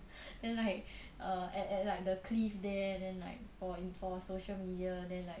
then like err at at like the cliff there then like for in for like social media then like